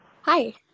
Hi